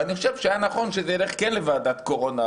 לדעתי זה היה נכון שזה ילך לוועדת הקורונה,